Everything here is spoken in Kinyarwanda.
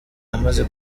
yamaze